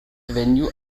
venue